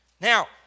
Now